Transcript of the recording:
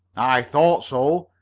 i thought so!